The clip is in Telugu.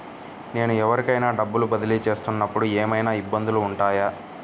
నేను ఎవరికైనా డబ్బులు బదిలీ చేస్తునపుడు ఏమయినా ఇబ్బందులు వుంటాయా?